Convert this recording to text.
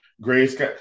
Grace